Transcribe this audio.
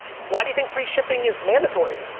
why do you think free shipping is mandatory?